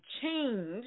change